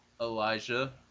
elijah